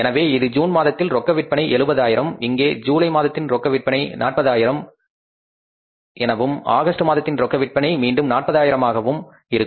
எனவே இது ஜூன் மாதத்தில் ரொக்க விற்பனை 70 ஆயிரம் இங்கே ஜூலை மாதத்தில் ரொக்க விற்பனை 40 ஆயிரம் ஆகவும் ஆகஸ்ட் மாதத்தில் ரொக்க விற்பனை மீண்டும் 40 ஆயிரமாகவும் இருக்கும்